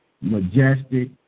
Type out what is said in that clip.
majestic